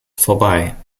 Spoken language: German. vorbei